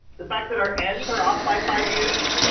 the fact that our ends are off by five years.